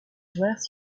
joueurs